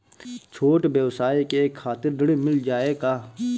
छोट ब्योसाय के खातिर ऋण मिल जाए का?